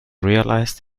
realized